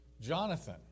Jonathan